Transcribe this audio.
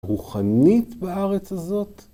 רוחנית בארץ הזאת?